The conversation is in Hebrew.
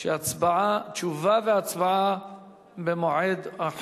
ההצעה תועבר לוועדת